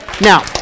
Now